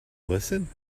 listen